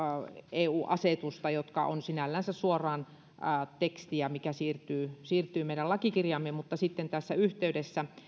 eu asetusta jotka ovat sinällänsä tekstiä mikä siirtyy suoraan meidän lakikirjaamme mutta sitten tässä yhteydessä